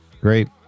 Great